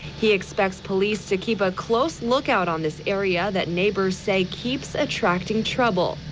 he expects police to keep a close lookout on this area that neighbors say keeps attracting trouble.